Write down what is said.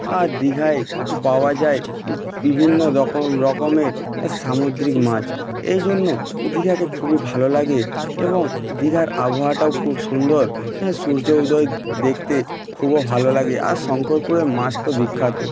আর দীঘায় পাওয়া যায় বিভিন্ন রকমের সামুদ্রিক মাছ এই জন্য দীঘাকে খুবই ভালো লাগে এবং দীঘার আবহাওয়াটাও খুব সুন্দর হ্যাঁ সূর্য উদয় দেখতে খুব ভালো লাগে আর শঙ্করপুরে মাছ তো বিখ্যাত